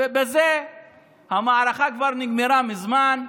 בזה המערכה כבר נגמרה מזמן,